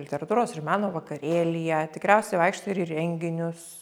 literatūros ir meno vakarėlyje tikriausiai vaikštai ir į renginius